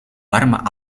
warme